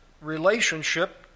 relationship